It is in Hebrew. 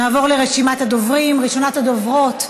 ראשונת הדוברות,